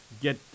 get